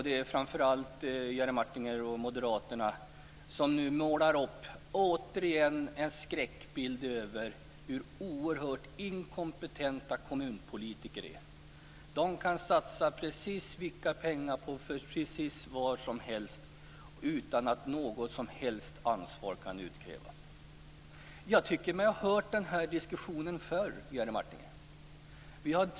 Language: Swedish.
Det är framför allt Jerry Martinger och Moderaterna som nu återigen målar upp en skräckbild av hur oerhört inkompetenta kommunpolitiker är. De kan satsa precis vilka pengar som helst på precis vad som helst utan att något som helst ansvar kan utkrävas. Jag tycker mig ha hört den här diskussionen förr, Jerry Martinger.